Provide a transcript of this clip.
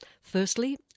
Firstly